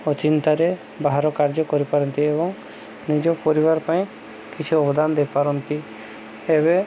ଅଚିନ୍ତାରେ ବାହାର କାର୍ଯ୍ୟ କରିପାରନ୍ତି ଏବଂ ନିଜ ପରିବାର ପାଇଁ କିଛି ଅବଦାନ ଦେଇପାରନ୍ତି ଏବେ